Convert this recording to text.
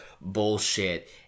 bullshit